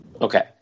Okay